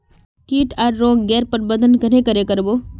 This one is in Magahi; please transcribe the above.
किट आर रोग गैर प्रबंधन कन्हे करे कर बो?